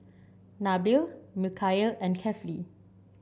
Nabil Mikhail and Kefli